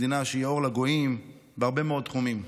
מדינה שהיא אור לגויים בהרבה מאוד תחומים,